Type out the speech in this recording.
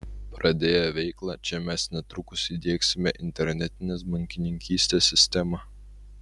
pradėję veiklą čia mes netrukus įdiegsime internetinės bankininkystės sistemą